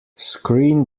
screen